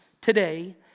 today